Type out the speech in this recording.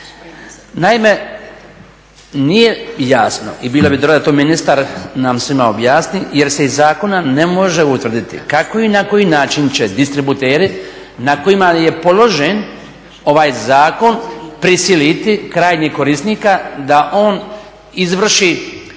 Naime, nije jasno i bilo bi dobro da to ministar nam svima objasni, jer se iz zakona ne može utvrditi kako i na koji način će distributeri na kojima je položen ovaj zakon prisiliti krajnjeg korisnika da on izvrši